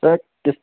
थत् त्यस्तो